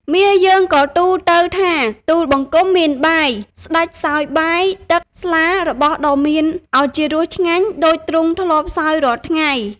មាយើងក៏ទូលទៅថាទូលបង្គំមានបាយ ស្តេចសោយបាយ ទឹក ស្លា របស់ដ៏មានឱជារសឆ្ងាញ់ដូចទ្រង់ធ្លាប់សោយរាល់ថ្ងៃ។